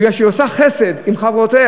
מפני שהיא עושה חסד עם חברותיה.